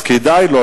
אז כדאי לו,